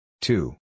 Two